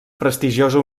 prestigiosa